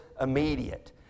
immediate